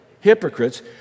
hypocrites